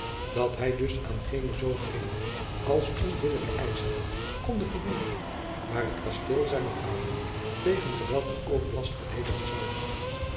dat hij dus aan geene zoo vreemde als onbillijke eischen konde voldoen maar het kasteel zijner vaderen tegen geweld en overlast verdedigen zoude